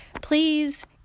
please